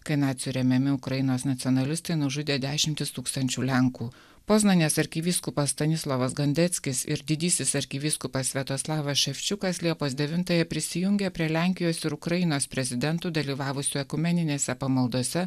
kai nacių remiami ukrainos nacionalistai nužudė dešimtis tūkstančių lenkų poznanės arkivyskupas stanislavas gandeckis ir didysis arkivyskupas sviatoslavas ševčiukas liepos devintąją prisijungę prie lenkijos ir ukrainos prezidentų dalyvavusių ekumeninėse pamaldose